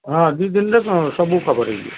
ହଁ ଦୁଇ ଦିନରେ ସବୁ କଭର୍ ହେଇଯିବ